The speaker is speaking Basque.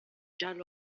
txalo